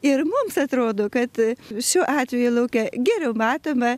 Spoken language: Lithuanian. ir mums atrodo kad šiuo atveju lauke geriau matoma